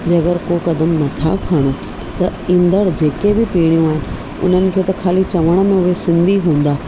जे अगरि को कदम नथा खणू त ईंदड़ जेके बि पीड़ियूं आहिनि उन्हनि खे त खाली चवण में उहे सिंधी हूंदा